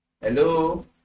Hello